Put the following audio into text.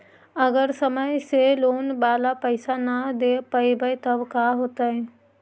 अगर समय से लोन बाला पैसा न दे पईबै तब का होतै?